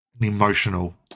emotional